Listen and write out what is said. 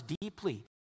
deeply